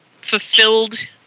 fulfilled